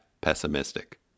pessimistic